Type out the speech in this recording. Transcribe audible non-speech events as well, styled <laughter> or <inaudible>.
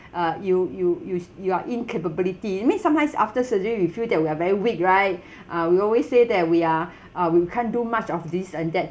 <breath> uh you you you you are incapability mean sometimes after surgery you feel that we are very weak right <breath> uh we always say that we are <breath> uh we can't do much of this and that